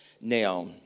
Now